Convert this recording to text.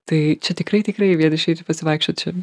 tai čia tikrai tikrai vien išeiti pasivaikščiot čia